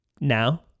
now